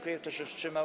Kto się wstrzymał?